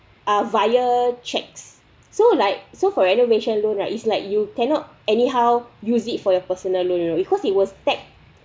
uh via checks so like so for renovation loan right it's like you cannot anyhow use it for your personal loan you know because it was tag